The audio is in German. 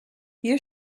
hier